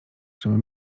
żeby